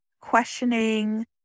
questioning